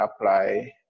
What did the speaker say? apply